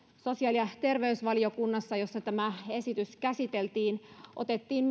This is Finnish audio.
sosiaali ja terveysvaliokunnassa jossa tämä esitys käsiteltiin otettiin